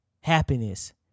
happiness